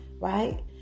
right